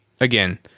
again